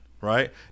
right